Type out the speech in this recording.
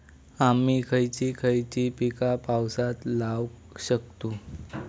आम्ही खयची खयची पीका पावसात लावक शकतु?